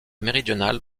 méridionale